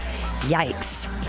yikes